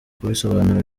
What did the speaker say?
kubisobanura